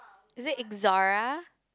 is it Ixora